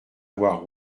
voie